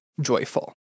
joyful